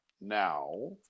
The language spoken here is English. Now